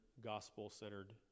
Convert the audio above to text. gospel-centered